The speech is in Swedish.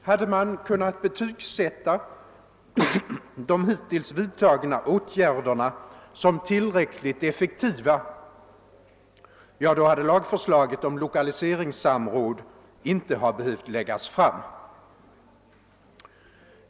Hade man kunnat betygsätta de hittills vidtagna åtgärderna som tillräckligt effektiva — ja, då hade lagförslaget om lokaliseringssamråd inte behövt läggas fram.